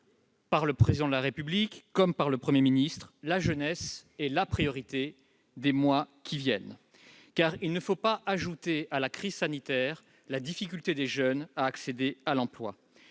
par le Président de la République comme par le Premier ministre : la jeunesse est la priorité des mois qui viennent, car il ne faut pas ajouter à la crise sanitaire la difficulté des jeunes à accéder à l'emploi.